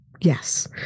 Yes